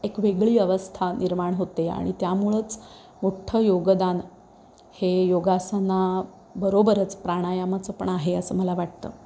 एक वेगळी अवस्था निर्माण होते आणि त्यामुळंच मोठं योगदान हे योगासनाबरोबरच प्राणायामाचं पण आहे असं मला वाटतं